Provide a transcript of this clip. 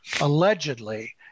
allegedly